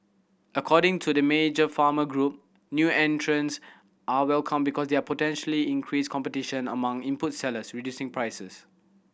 according to the major farmer group new entrants are welcome because they potentially increase competition among input sellers reducing prices